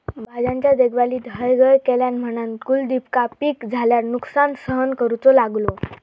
भाज्यांच्या देखभालीत हयगय केल्यान म्हणान कुलदीपका पीक झाल्यार नुकसान सहन करूचो लागलो